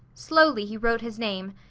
slowly he wrote his name,